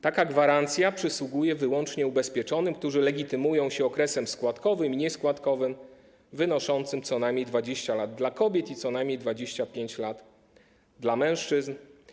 Taka gwarancja przysługuje wyłącznie ubezpieczonym, którzy legitymują się okresem składkowym i nieskładkowym wynoszącym co najmniej 20 lat dla kobiet i co najmniej 25 lat dla mężczyzn.